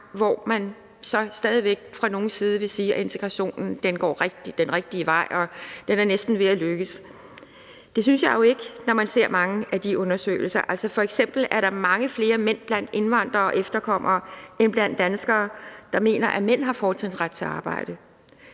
hvor man så stadig væk fra nogens side vil sige, at integrationen går den rigtige vej og den næsten er ved at lykkes. Det synes jeg jo ikke, når man ser på mange af de undersøgelser. F.eks. er der mange flere mænd blandt indvandrere og efterkommere, end der er blandt danskere, der mener, at mænd har fortrinsret til arbejde